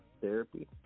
therapy